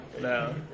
No